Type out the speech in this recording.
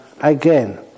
again